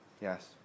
Yes